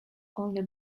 only